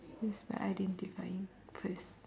it's by identifying first